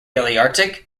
palearctic